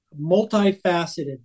multifaceted